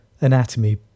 anatomy